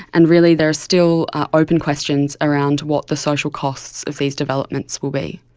and really there are still open questions around what the social costs of these developments will be.